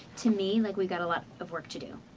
to me, like we got a lot of work to do.